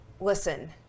Listen